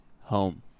home